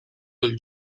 del